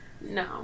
No